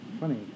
Funny